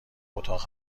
اتاق